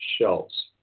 shelves